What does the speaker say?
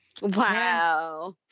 Wow